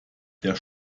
der